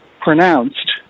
pronounced